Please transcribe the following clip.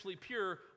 pure